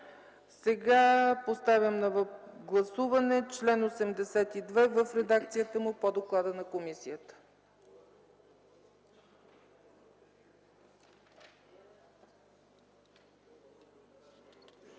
Няма. Поставям на гласуване чл. 70 в редакцията му по доклада на комисията.